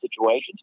situations